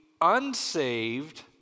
unsaved